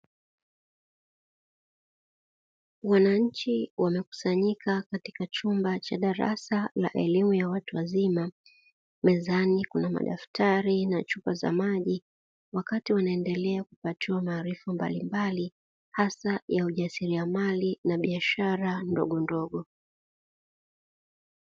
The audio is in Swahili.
Wananchi wamekusanyika katika chumba cha darasa la elimu ya watu wazima, mezani kuna madaftari na chupa za maji wakati wanaendelea kupatiwa maarifa mbalimbali hasa ya ujasiriamali na biashara ndogondogo.